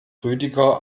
rüdiger